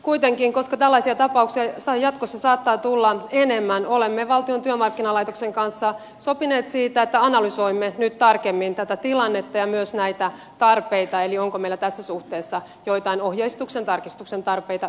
kuitenkin koska tällaisia tapauksia jatkossa saattaa tulla enemmän olemme valtion työmarkkinalaitoksen kanssa sopineet siitä että analysoimme nyt tarkemmin tätä tilannetta ja myös näitä tarpeita eli sitä onko meillä tässä suhteessa joitain ohjeistuksen tarkistuksen tarpeita yleisemminkin